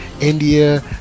India